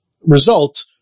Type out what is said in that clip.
result